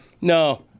No